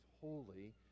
holy